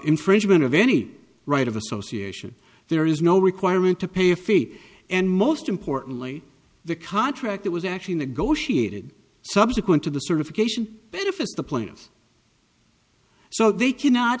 infringement of any right of association there is no requirement to pay a fee and most importantly the contract that was actually negotiated subsequent to the certification benefits the plaintiffs so they cannot